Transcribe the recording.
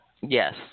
Yes